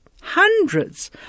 hundreds